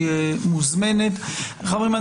חברים,